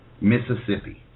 Mississippi